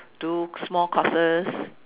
do small classes